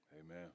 Amen